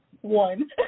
one